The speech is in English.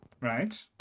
Right